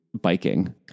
biking